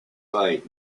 fight